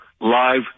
live